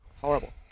horrible